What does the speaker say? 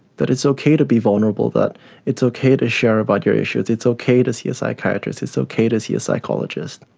that it's okay to be vulnerable, that it's okay to share about your issues, it's okay to see a psychiatrist, it's okay to see a psychologist.